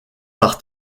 par